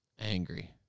Angry